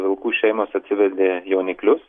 vilkų šeimos atsivedė jauniklius